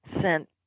sent